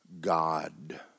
God